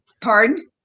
pardon